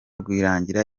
rwirangira